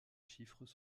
chiffres